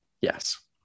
Yes